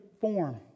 form